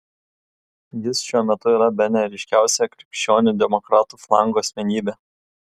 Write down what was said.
jis šiuo metu yra bene ryškiausia krikščionių demokratų flango asmenybė